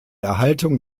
erhaltung